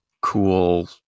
cool